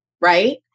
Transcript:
right